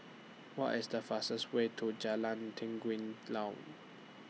What IS The fastest Way to Jalan Laut